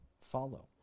follow